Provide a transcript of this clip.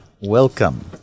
welcome